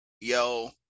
yo